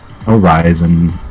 Horizon